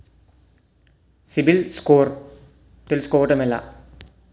CIBIL score తెల్సుకోటం ఎలా?